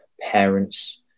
parents